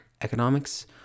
Economics